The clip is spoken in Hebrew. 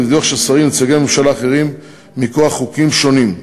ודיווח של שרים ונציגי ממשלה אחרים מכוח חוקים שונים.